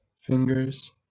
fingers